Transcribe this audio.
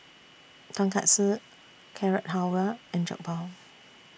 Tonkatsu Carrot Halwa and Jokbal